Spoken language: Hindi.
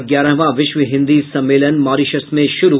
और ग्यारहवां विश्व हिन्दी सम्मेलन मॉरिशस में शुरू